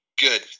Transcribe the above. good